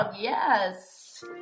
yes